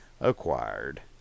acquired